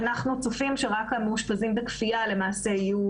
אנחנו צופים שלמעשה רק המאושפזים בכפייה יהיו